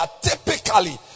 Typically